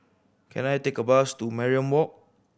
can I take a bus to Mariam Walk